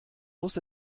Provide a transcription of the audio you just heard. muss